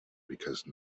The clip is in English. because